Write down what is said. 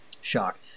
Shock